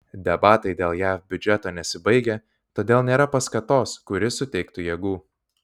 debatai dėl jav biudžeto nesibaigia todėl nėra paskatos kuri suteiktų jėgų